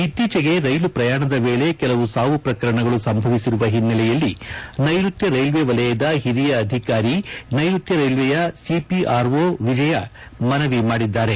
ಇತ್ತೀಚಿಗೆ ರೈಲು ಪ್ರಯಾಣದ ವೇಳೆ ಕೆಲವು ಸಾವು ಪ್ರಕರಣಗಳು ಸಂಭವಿಸಿರುವ ಒನ್ನೆಲೆಯಲ್ಲಿ ನೈಋತ್ತ ರೈಲ್ವೆ ವಲಯದ ಒರಿಯ ಅಧಿಕಾರಿ ನೈಯತ್ಯ ರೈಲ್ವೆಯ ಸಿಪಿಆರ್ಒ ಎಜಯಾ ಮನವಿ ಮಾಡಿದ್ದಾರೆ